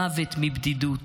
מוות מבדידות,